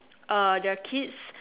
uh their kids